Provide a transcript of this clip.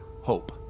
hope